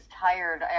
tired